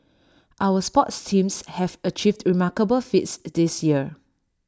our sports teams have achieved remarkable feats this year